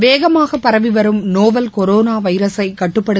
வேகமாக பரவிவரும் novel corona வைரஸை கட்டுப்படுத்த